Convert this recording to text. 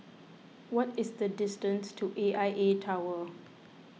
what is the distance to A I A Tower